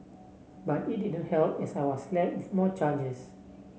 but it didn't help as I was slapped with more charges